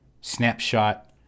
snapshot